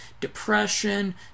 depression